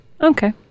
Okay